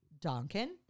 Donkin